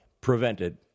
prevented